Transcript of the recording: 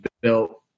built